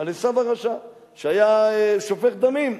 על עשו הרשע, שהיה שופך דמים.